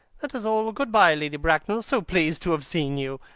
that is all. goodbye, lady bracknell. so pleased to have seen you.